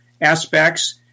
aspects